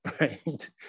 right